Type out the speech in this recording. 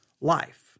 life